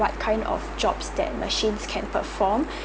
what kind of jobs that machines can perform